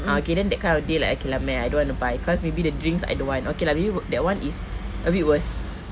ah okay then that kind of deal like okay lah meh I don't want to buy because maybe the drinks I don't want okay lah maybe we~ that one is a bit worse